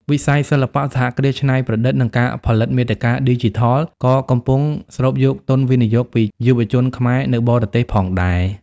វិស័យសិល្បៈ សហគ្រាសច្នៃប្រឌិត និងការផលិតមាតិកាឌីជីថល ក៏កំពុងស្រូបយកទុនវិនិយោគពីយុវជនខ្មែរនៅបរទេសផងដែរ។